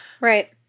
Right